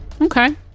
Okay